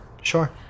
Sure